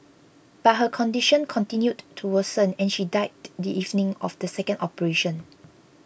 but her condition continued to worsen and she died the evening of the second operation